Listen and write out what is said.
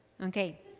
Okay